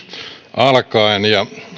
alkaen